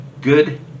Good